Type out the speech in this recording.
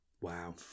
Wow